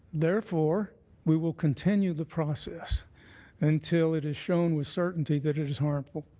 therefore we will continue the process until it is shown with certainty that it is harmful.